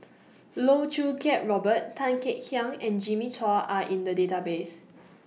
Loh Choo Kiat Robert Tan Kek Hiang and Jimmy Chua Are in The Database